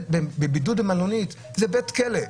לבידוד במלונית זה בית כלא.